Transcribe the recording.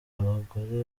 abagore